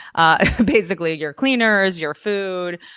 ah basically your cleaners, your food.